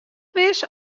wis